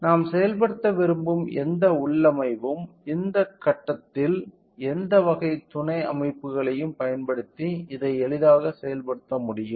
எனவே நாம் செயல்படுத்த விரும்பும் எந்த உள்ளமைவும் இந்த கட்டத்தில் எந்த வகை துணை அமைப்புகளையும் பயன்படுத்தி இதை எளிதாக செயல்படுத்த முடியும்